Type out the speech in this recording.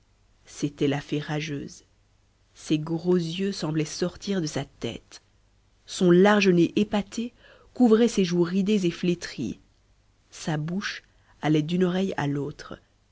c'était la fée rageuse ses gros yeux semblaient sortir de sa tête son large nez épaté couvrait ses joues ridées et flétries sa bouche allait d'une oreille à l'autre